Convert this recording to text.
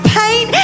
pain